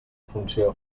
funció